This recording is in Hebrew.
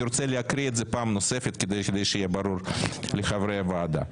אני רוצה להקריא את זה פעם נוספת כדי שיהיה ברור לחברי הוועדה.